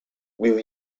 will